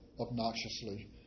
obnoxiously